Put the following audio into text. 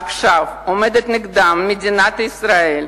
עכשיו עומדת נגדם מדינת ישראל,